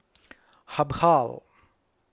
Habhal